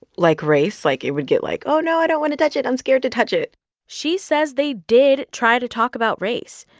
like, race, like, it would get, like, oh, no. i don't want to touch it. i'm scared to touch it she says they did try to talk about race,